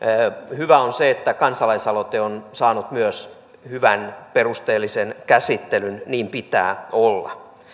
hyvää on se että kansalaisaloite on saanut myös hyvän perusteellisen käsittelyn niin pitää olla